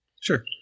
Sure